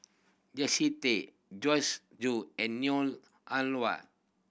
Tay Joyce Jue and Neo Ah Luan